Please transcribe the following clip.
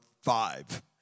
five